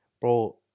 Bro